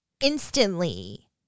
instantly